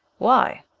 why?